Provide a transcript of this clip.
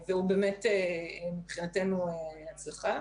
אנחנו מתייחסים למקרה זה כהצלחה.